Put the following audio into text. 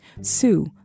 Sue